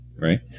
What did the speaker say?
right